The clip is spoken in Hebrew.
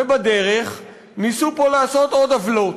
ובדרך ניסו פה לעשות עוד עוולות,